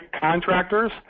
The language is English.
contractors